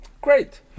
Great